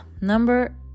number